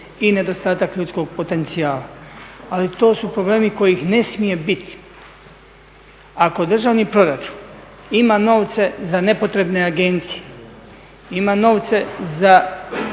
i nedostatak ljudskog potencijala, ali to su problemi kojih ne smije biti. Ako državni proračun ima novce za nepotrebne agencije, ima novce za